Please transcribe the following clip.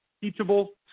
teachable